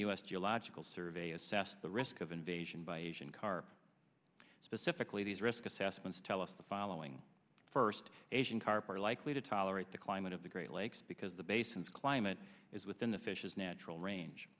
s geological survey assess the risk of invasion by asian carp specifically these risk assessments tell us the following first asian carp are likely to tolerate the climate of the great lakes because the basins climate is within the fish's natural range